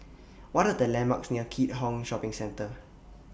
What Are The landmarks near Keat Hong Shopping Centre